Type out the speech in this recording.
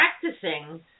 practicing